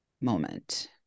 moment